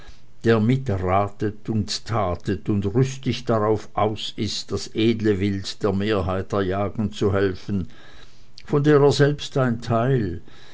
der mit ratet und tatet und rüstig drauf aus ist das edle wild der mehrheit erjagen zu helfen von der er selbst ein teil